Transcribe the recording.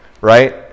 Right